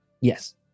Yes